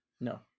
No